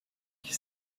qui